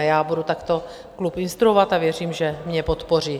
Já budu takto klub instruovat a věřím, že mě podpoří.